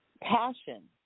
passion